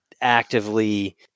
actively